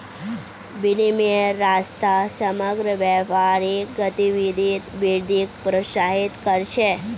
विनिमयेर रास्ता समग्र व्यापारिक गतिविधित वृद्धिक प्रोत्साहित कर छे